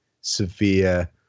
severe